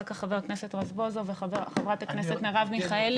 אחר כך חבר הכנסת רזבוזוב וחברת הכנסת מרב מיכאלי.